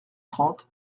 trente